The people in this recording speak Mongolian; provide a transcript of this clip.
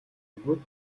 бөгөөд